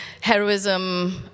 heroism